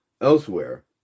elsewhere